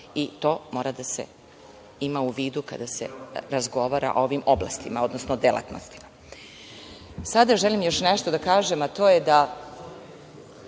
i to mora da se ima u vidu kada se razgovara o ovim oblastima, odnosno delatnostima. Sada želim još nešto da kažem, rizikujući da